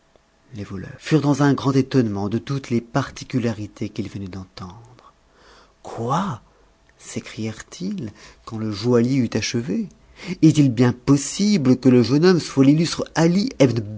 les voleurs furent dans un grand étonnement de toutes les particularités qu'ils venaient d'entendre quoi sëcrièrent its quand le joaillier ut achève est-il bien possible que le jeune homme soit l'illustre ali